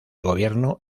gobierno